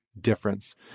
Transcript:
difference